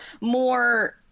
more